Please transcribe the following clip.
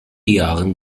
jahren